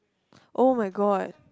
oh-my-god